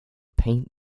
paint